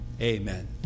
Amen